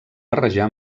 barrejar